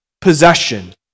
possession